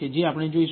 જે આપણે જોઈશું